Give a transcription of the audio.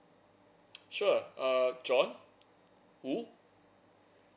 sure err john wuu